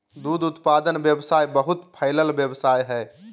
दूध उत्पादन व्यवसाय बहुत फैलल व्यवसाय हइ